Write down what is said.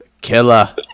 Killer